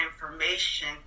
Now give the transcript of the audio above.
information